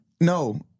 No